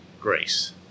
Grace